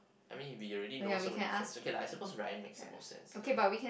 I mean you already know so many friends okay lah I suppose Ryan makes the most sense lah